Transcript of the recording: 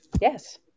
Yes